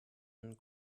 and